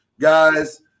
guys